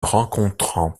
rencontrant